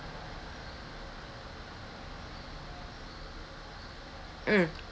mm